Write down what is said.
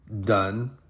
done